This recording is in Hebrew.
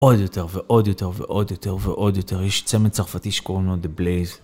עוד יותר ועוד יותר ועוד יותר ועוד יותר יש צמד צרפתי שקוראים לו דה בלייז.